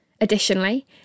Additionally